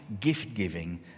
gift-giving